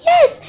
Yes